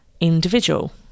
individual